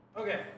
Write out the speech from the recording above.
Okay